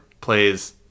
plays